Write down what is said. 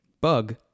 bug